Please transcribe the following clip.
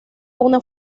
una